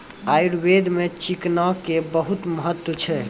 आयुर्वेद मॅ चिकना के बहुत महत्व छै